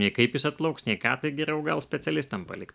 nei kaip jis atplauks nei ką tai geriau gal specialistam palikt